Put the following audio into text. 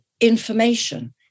information